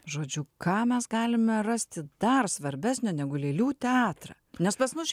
žodžiu ką mes galime rasti dar svarbesnio negu lėlių teatrą nes pas mus